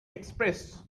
express